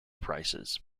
prices